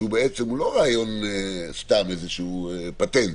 שהוא לא סתם איזשהו פטנט.